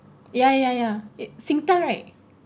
ya ya ya it Singtel right